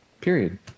period